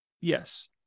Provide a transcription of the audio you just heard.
Yes